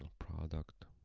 um product.